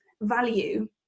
value